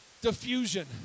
Diffusion